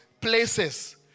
places